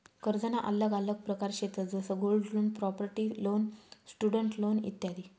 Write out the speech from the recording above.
कर्जना आल्लग आल्लग प्रकार शेतंस जसं gold loan, property loan, student loan इत्यादी